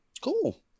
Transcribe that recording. cool